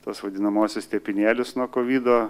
tuos vadinamuosius tepinėlius nuo kovido